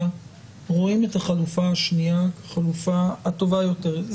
רואים את החלופה השנייה כחלופה טובה יותר.